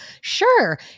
sure